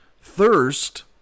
Thirst